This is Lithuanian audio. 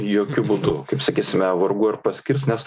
jokiu būdu kaip sakysime vargu ar paskirs nes